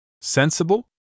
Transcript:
Sensible